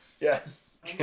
Yes